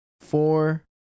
four